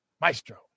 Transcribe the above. Maestro